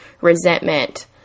resentment